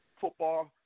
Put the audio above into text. football